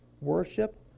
worship